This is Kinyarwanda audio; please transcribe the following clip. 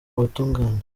ubutungane